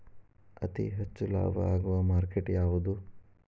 ಅತಿ ಹೆಚ್ಚು ಲಾಭ ಆಗುವ ಮಾರ್ಕೆಟ್ ಯಾವುದು?